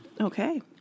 Okay